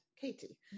Katie